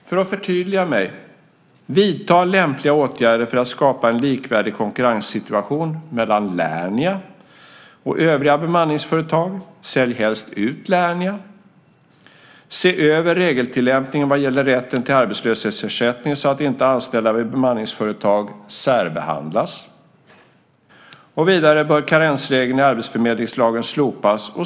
För att förtydliga mig: Vidta lämpliga åtgärder för att skapa en likvärdig konkurrenssituation mellan Lernia och övriga bemanningsföretag. Sälj helst ut Lernia. Se över regeltillämpningen vad gäller rätten till arbetslöshetsersättning så att inte anställda vid bemanningsföretag särbehandlas. Vidare bör karensregeln i arbetsförmedlingslagen slopas.